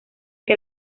que